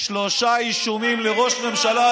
שלושה אישומים הזויים לראש ממשלה,